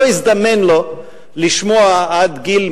לא הזדמן לו לשמוע עד גיל,